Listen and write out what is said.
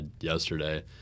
yesterday